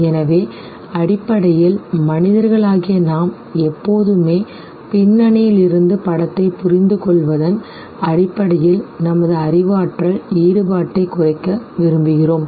எனவே அடிப்படையில் மனிதர்களாகிய நாம் எப்போதுமே பின்னணியிலிருந்து படத்தைப் புரிந்துகொள்வதன் அடிப்படையில் நமது அறிவாற்றல் ஈடுபாட்டைக் குறைக்க விரும்புகிறோம்